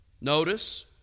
notice